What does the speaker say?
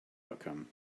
outcome